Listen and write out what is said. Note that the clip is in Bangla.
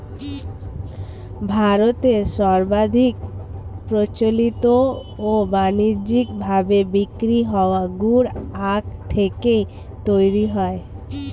ভারতে সর্বাধিক প্রচলিত ও বানিজ্যিক ভাবে বিক্রি হওয়া গুড় আখ থেকেই তৈরি হয়